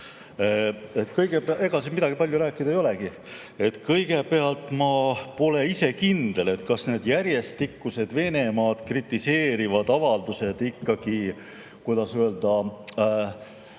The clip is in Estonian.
Ega siin palju rääkida ei olegi. Kõigepealt, ma pole kindel, kas need järjestikused Venemaad kritiseerivad avaldused ikkagi – kuidas öelda?